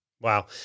Wow